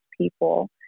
people